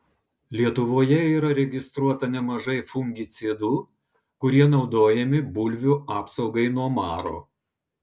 lietuvoje yra registruota nemažai fungicidų kurie naudojami bulvių apsaugai nuo maro